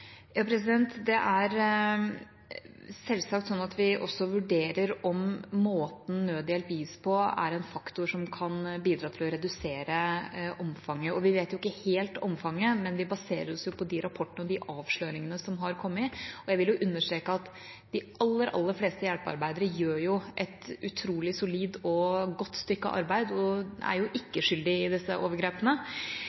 Det er selvsagt sånn at vi også vurderer om måten nødhjelp gis på, er en faktor som kan bidra til å redusere omfanget. Vi vet ikke helt omfanget, men vi baserer oss på de rapportene og de avsløringene som har kommet. Jeg vil understreke at de aller, aller fleste hjelpearbeidere gjør et utrolig solid og godt stykke arbeid og er